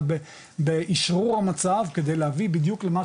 אלא באישרור המצב כדי להביא בדיוק למה